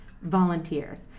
volunteers